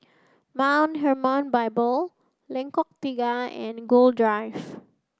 Mount Hermon Bible Lengkok Tiga and Gul Drive